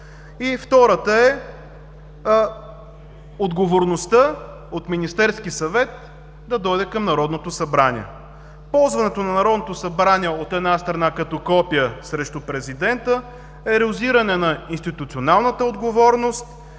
втората е отговорността от Министерския съвет да дойде към Народното събрание. Ползването на Народното събрание, от една страна, като копие срещу Президента, ерозиране на институционалната отговорност